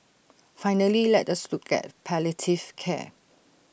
finally let us look at palliative care